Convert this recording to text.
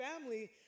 family